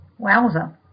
Wowza